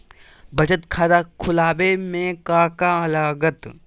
बचत खाता खुला बे में का का लागत?